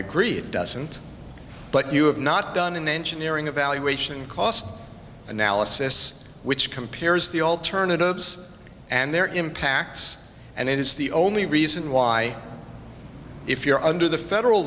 agree it doesn't but you have not done an engineering evaluation cost analysis which compares the alternatives and their impacts and it is the only reason why if you're under the federal